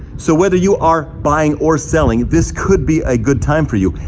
so whether you are buying or selling, this could be a good time for you.